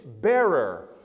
bearer